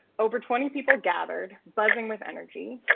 over twenty people gathered buzzing with energy,